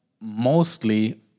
mostly